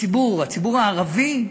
הציבור הערבי,